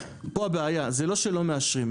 פה הבעיה זה לא שלא מאשרים,